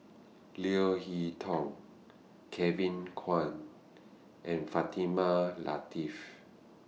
Leo Hee Tong Kevin Kwan and Fatimah Lateef